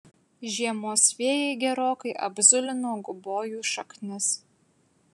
žiemos vėjai gerokai apzulino gubojų šaknis